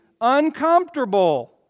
uncomfortable